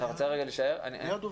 רם שפע (יו"ר ועדת החינוך,